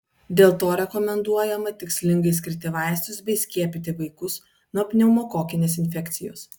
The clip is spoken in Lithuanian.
dėl to rekomenduojama tikslingai skirti vaistus bei skiepyti vaikus nuo pneumokokinės infekcijos